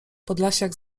podlasiak